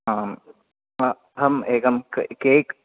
आम् अहम् एकं केक्